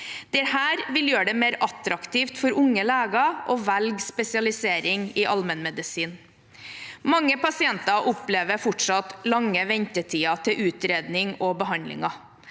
Dette vil gjøre det mer attraktivt for unge leger å velge spesialisering i allmennmedisin. Mange pasienter opplever fortsatt lange ventetider til utredninger og behandlinger.